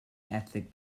ethnic